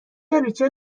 ریچل